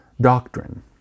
doctrine